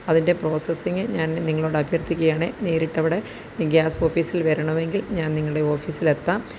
അതിന്റെ പ്രോസസിങ്ങ് ഞാന് നിങ്ങളോട് അഭ്യര്ത്ഥിക്കുകയാണ് നേരിട്ടവിടെ ഗ്യാസ് ഓഫീസില് വരണമെങ്കില് ഞാന് നിങ്ങളുടെ ഓഫീസില് എത്താം